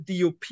DOP